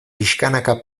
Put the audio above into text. pixkanaka